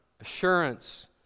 assurance